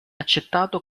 accettato